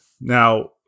Now